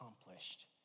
accomplished